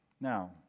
Now